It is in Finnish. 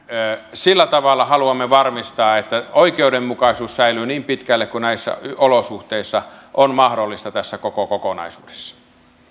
sillä tavalla haluamme varmistaa että oikeudenmukaisuus säilyy niin pitkälle kuin näissä olosuhteissa on mahdollista tässä koko kokonaisuudessa